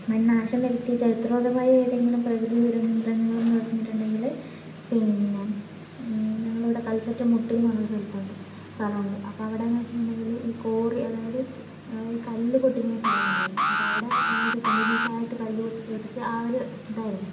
വൻ നാശം വരുത്തിയ ചരിത്രപരമായ ഏതെങ്കിലും പ്രകൃതി ദുരന്തങ്ങൾ എന്ന് പറഞ്ഞിട്ടുണ്ടെങ്കിൽ പിന്നെ ഞങ്ങളിവിടെ കല്പറ്റ മുട്ടിൽ എന്ന് പറഞ്ഞൊരു സ്ഥലത്തുണ്ട് സ്ഥലം ഉണ്ട് അപ്പോൾ അവിടെനിന്ന് വച്ചിട്ടുണ്ടങ്കിൽ ഈ കോറി അതായത് ഈ കല്ലുപൊട്ടിക്കുന്ന സ്ഥലം ഉണ്ടായിരുന്നു അപ്പോൾ അവിടെ അതായത് കണ്ടിന്യൂസ് ആയിട്ട് കല്ലുപൊട്ടിച്ച് പൊട്ടിച്ച് ആ ഒരു ഇതായിരുന്നു